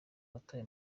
watawe